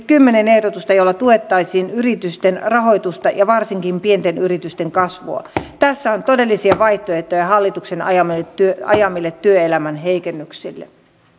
kymmenen ehdotusta joilla tuettaisiin yritysten rahoitusta ja varsinkin pienten yritysten kasvua tässä on todellisia vaihtoehtoja hallituksen ajamille työelämän heikennyksille